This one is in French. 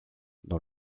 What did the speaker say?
dans